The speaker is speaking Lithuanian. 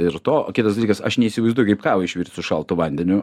ir to o kitas dalykas aš neįsivaizduoju kaip kavą išvirt su šaltu vandeniu